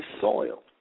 soil